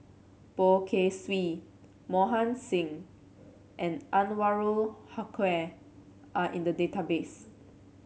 Poh Kay Swee Mohan Singh and Anwarul Haque are in the database